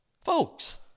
Folks